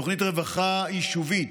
תוכנית רווחה יישובית,